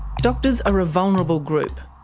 doctors are a vulnerable group.